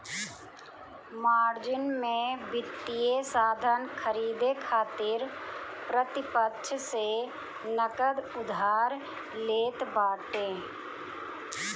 margin में वित्तीय साधन खरीदे खातिर प्रतिपक्ष से नगद उधार लेत बाटे